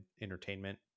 Entertainment